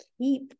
keep